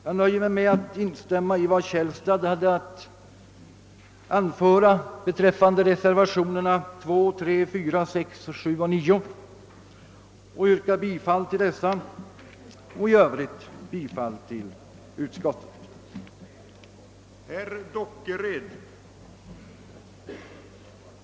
Jag nöjer mig med att instämma i vad herr Källstad hade att anföra beträffande reservationerna 2, 3, 4, 6, 7 och 9 och yrkar bifall till dessa samt i övrigt bifall till utskottets förslag.